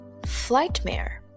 Flightmare